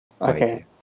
okay